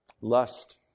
lust